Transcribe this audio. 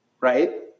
right